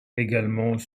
également